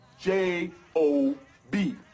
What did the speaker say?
J-O-B